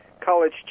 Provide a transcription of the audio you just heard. college